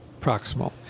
proximal